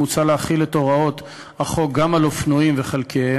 מוצע להחיל את הוראות החוק גם על אופנועים וחלקיהם.